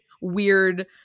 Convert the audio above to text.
weird